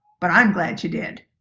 but i'm glad you did.